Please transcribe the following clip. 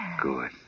Good